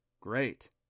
Great